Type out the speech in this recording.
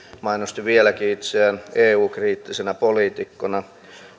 mainosti vieläkin itseään eu kriittisenä poliitikkona